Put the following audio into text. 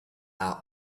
are